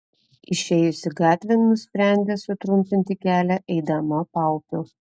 išėjusi gatvėn nusprendė sutrumpinti kelią eidama paupiu